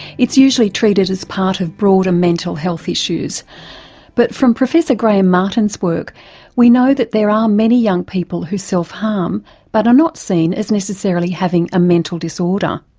it's usually treated as part of broader mental health issues but from professor graham martin's work we know that there are many young people who self harm but are not seen as necessarily having a mental disorder.